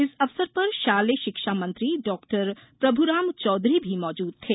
इस अवसर पर शालेय शिक्षा मंत्री डॉक्टर प्रभूराम चौधरी भी मौजूद थे